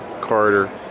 Carter